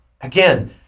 again